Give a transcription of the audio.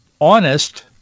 honest